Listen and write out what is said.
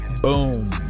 Boom